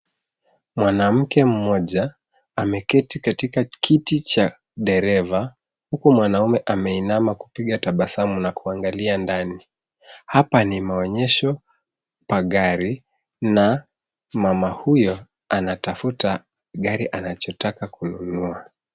Mwanamke mmoja ameketi katikakiti cha dereva huku mwanamume ameinama kupiga tabasamu na kuangalia ndani. Hapa ni maonyesho pa gari na mama huyo anatafuta gari anachotaka kununua.